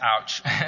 Ouch